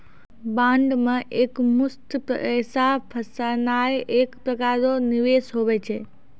bond मे एकमुस्त पैसा फसैनाइ एक प्रकार रो निवेश हुवै छै